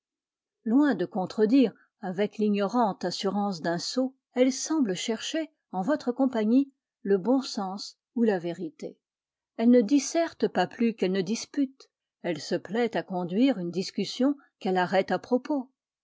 loin de contredire avec l'ignorante assurance d'un sot elle semble chercher en votre compagnie le bon sens ou la vérité elle ne disserte pas plus qu'elle ne dispute elle se plaît à conduire une discussion qu'elle arrête à propos